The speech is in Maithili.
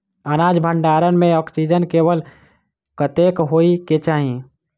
अनाज भण्डारण म ऑक्सीजन लेवल कतेक होइ कऽ चाहि?